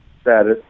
status